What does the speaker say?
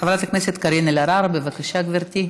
חברת הכנסת קארין אלהרר, בבקשה, גברתי.